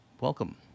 welcome